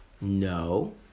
No